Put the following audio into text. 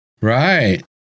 Right